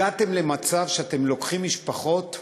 הגעתם למצב שאתם לוקחים משפחות,